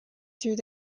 through